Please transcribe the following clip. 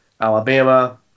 Alabama